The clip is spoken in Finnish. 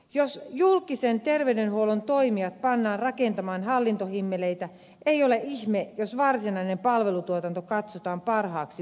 jos julkisen terveydenhuollon toimijat pannaan rakentamaan hallintohimmeleitä ei ole ihme jos varsinainen palvelutuotanto katsotaan parhaaksi ulkoistaa